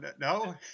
No